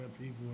people